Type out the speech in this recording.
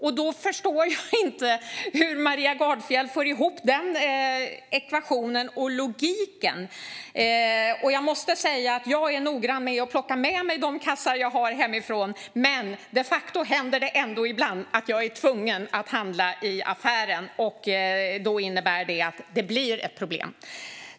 Jag förstår inte hur Maria Gardfjell får ihop den ekvationen och logiken. Jag måste säga att jag är noggrann med att plocka med mig de kassar jag har hemifrån, men de facto händer det ändå ibland att jag blir tvungen att handla i affären. Detta innebär att det blir ett problem.